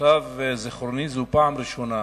למיטב זיכרוני זו הפעם הראשונה